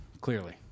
clearly